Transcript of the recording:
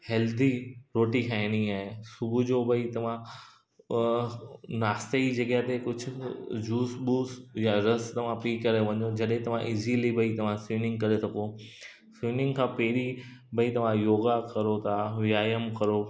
healthy रोटी खाइणी आहे सुबुह जो भई तव्हां नाशते जी जॻह ते कुझ बि जूस बूस या रस तव्हां पी करे वञो जॾहिं तव्हां ईज़िली तव्हां स्विमिंग करे सघो स्विमिंग खां पहिरीं भई तव्हां योगा कयो तव्हां व्यायाम कयो